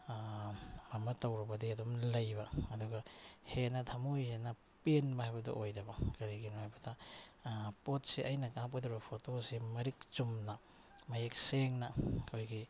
ꯑꯃ ꯇꯧꯔꯨꯕꯗꯤ ꯑꯗꯨꯝ ꯂꯩꯕ ꯑꯗꯨꯒ ꯍꯦꯟꯅ ꯊꯃꯣꯏ ꯍꯦꯟꯅ ꯄꯦꯟꯕ ꯍꯥꯏꯕꯗꯣ ꯑꯣꯏꯗꯕ ꯀꯔꯤꯒꯤꯅꯣ ꯍꯥꯏꯕꯗ ꯄꯣꯠꯁꯦ ꯑꯩꯅ ꯀꯥꯞꯀꯗꯧꯔꯤꯕ ꯐꯣꯇꯣꯁꯦ ꯃꯔꯤꯛꯆꯨꯝꯅ ꯃꯌꯦꯛ ꯁꯦꯡꯅ ꯑꯩꯈꯣꯏꯒꯤ